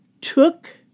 took